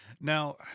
Now